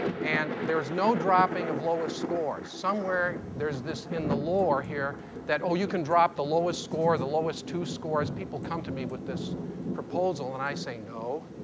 and there's no dropping of lowest score. somewhere there's this in the lore here that, oh, you can drop the lowest score, the lowest two scores. people come to me with this proposal and i say no.